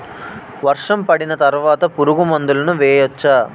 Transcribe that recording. వర్షం పడిన తర్వాత పురుగు మందులను వేయచ్చా?